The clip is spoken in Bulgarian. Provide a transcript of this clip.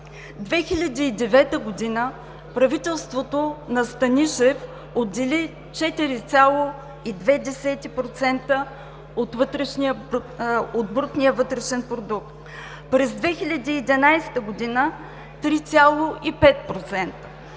2009 г. правителството на Станишев отдели 4,2% от брутния вътрешен продукт. През 2011 г. – 3,5%;